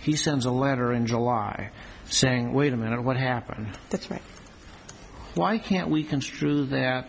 he sends a letter in july saying wait a minute what happened that's right why can't we construe that